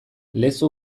lezo